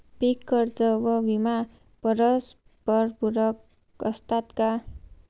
पीक कर्ज व विमा परस्परपूरक असतात का?